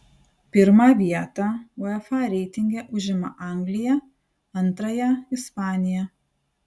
pirmą vietą uefa reitinge užima anglija antrąją ispanija